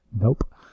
Nope